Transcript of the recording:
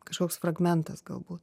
kažkoks fragmentas galbūt